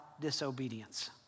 disobedience